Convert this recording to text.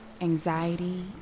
anxiety